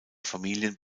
familien